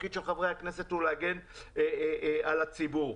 התפקיד של חברי הכנסת הוא להגן על הציבור.